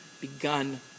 begun